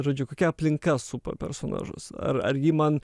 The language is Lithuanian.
žodžiu kokia aplinka supa personažus ar ar ji man